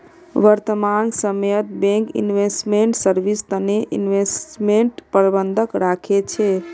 वर्तमान समयत bank investment service तने इन्वेस्टमेंट प्रबंधक राखे छे